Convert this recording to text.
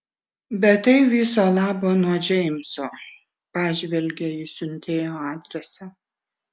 bet tai viso labo nuo džeimso pažvelgė į siuntėjo adresą